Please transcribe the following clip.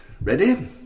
Ready